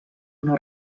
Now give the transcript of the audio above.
una